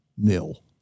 nil